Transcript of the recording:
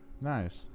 Nice